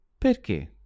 Perché